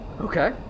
Okay